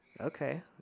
Okay